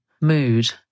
mood